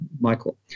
Michael